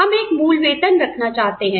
हम एक मूल वेतन रखना चाहते हैं